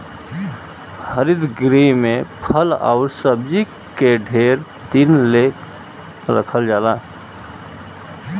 हरित गृह में फल आउर सब्जी के ढेर दिन ले रखल जाला